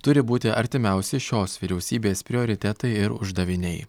turi būti artimiausi šios vyriausybės prioritetai ir uždaviniai